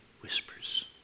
whispers